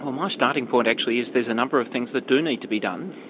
um ah starting point actually is there's a number of things that do need to be done.